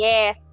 Yes